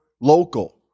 local